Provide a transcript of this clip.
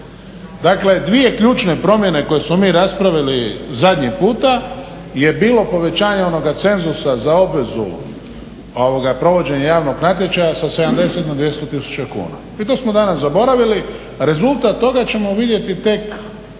Dakle, dvije ključne promjene koje smo mi raspravili zadnji puta je bilo povećanje onoga cenzusa za obvezu provođenje javnog natječaja sa 70 na 200 tisuća kuna. I to smo danas zaboravili. Rezultat toga ćemo vidjeti tek